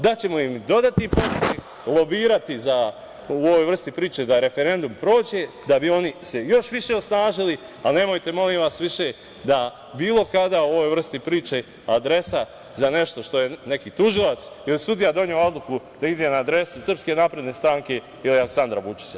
Daćemo im i dodatni podstrek, lobirati u ovoj vrsti priče da referendum prođe, da bi se oni još više osnažili, ali nemojte, molim vas, više da bilo kada o ovoj vrsti priče adresa za nešto što je neki tužilac ili sudija doneo odluku da ide na adresu SNS i Aleksandra Vučića.